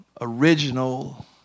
original